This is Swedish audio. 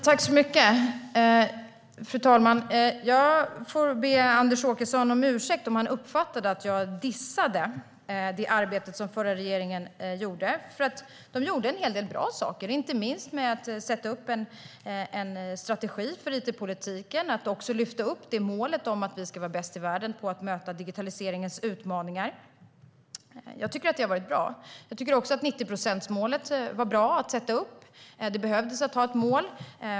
Fru talman! Jag får be Anders Åkesson om ursäkt om han uppfattade att jag dissade arbetet som den förra regeringen gjorde. De gjorde en hel del bra saker, inte minst med att sätta upp en strategi för it-politiken och att också sätta upp målet om att vi ska vara bäst i världen på att möta digitaliseringens utmaningar. Jag tycker att det har varit bra. Jag tycker också att 90-procentsmålet var bra att sätta upp. Det behövdes ett mål.